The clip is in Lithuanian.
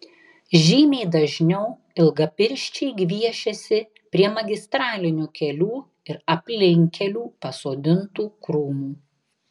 žymiai dažniau ilgapirščiai gviešiasi prie magistralinių kelių ir aplinkkelių pasodintų krūmų